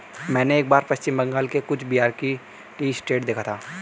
मैंने एक बार पश्चिम बंगाल में कूच बिहार टी एस्टेट देखा था